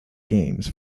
games